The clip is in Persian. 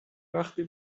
وقتی